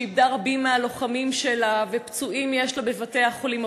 שאיבדה רבים מהלוחמים שלה ופצועים יש לה בבתי-החולים,